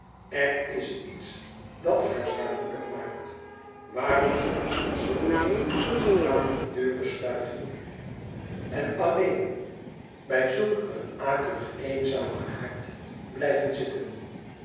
er is iets dat haar zwaarmoedig maakt waarom zou anders zulk eene trotsche dame de deuren sluiten en alleen bij zulk een akelig eenzamen haard blijven zitten